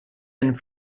and